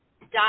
dot